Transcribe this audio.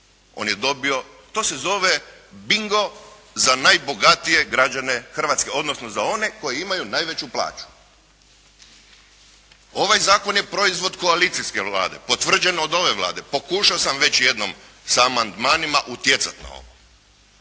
On je dobio, to se zove bingo za najbogatije građane Hrvatske, odnosno za one koji imaju najveću plaću. Ovaj zakon je proizvod koalicijske Vlade, potvrđen od ove Vlade. Pokušao sam već jednom sa amandmanima utjecati na ovo,